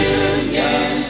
union